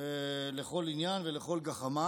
לכל עניין ולכל גחמה,